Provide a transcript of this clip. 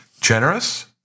generous